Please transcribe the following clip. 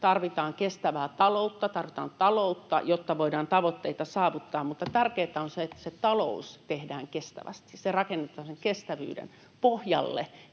tarvitaan taloutta, jotta voidaan tavoitteita saavuttaa, mutta tärkeintä on se, että se talous tehdään kestävästi. Se rakennetaan sen kestävyyden pohjalle,